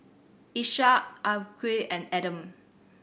Ishak Afiqah and Adam